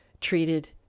treated